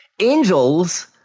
Angels